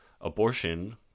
abortion